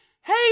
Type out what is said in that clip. Hey